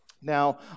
Now